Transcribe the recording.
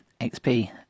XP